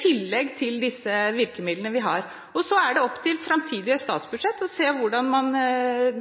tillegg til disse virkemidlene vi har. Det er opp til framtidige statsbudsjett å se hvordan man